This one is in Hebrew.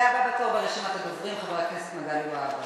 הבא בתור ברשימת הדוברים, חבר הכנסת מגלי והבה.